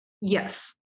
yes